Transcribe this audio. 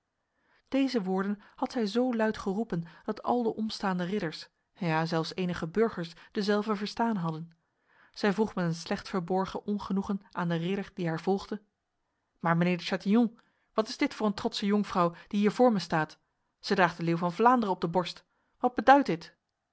deze woorden had zij zo luid geroepen dat al de omstaande ridders ja zelfs enige burgers dezelve verstaan hadden zij vroeg met een slecht verborgen ongenoegen aan de ridder die haar volgde maar mijnheer de chatillon wat is dit voor een trotse jonkvrouw die hier voor mij staat zij draagt de leeuw van vlaanderen op de borst wat beduidt dit